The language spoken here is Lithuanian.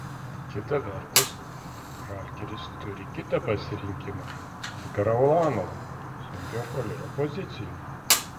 kita vertus žalgiris turi kitą pasirinkimą edgarą ulanovą sunkiojo puolėjo pozicijoje